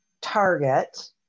Target